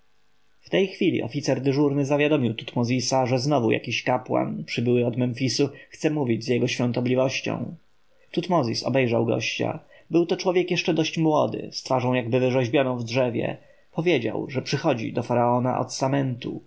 w tej chwili oficer dyżurny zawiadomił tutmozisa że znowu jakiś kapłan przybyły od memfisu chce mówić z jego świątobliwością tutmozis obejrzał gościa był to człowiek jeszcze dość młody z twarzą jakby wyrzeźbioną w drzewie powiedział że przychodzi do faraona od samentu